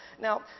now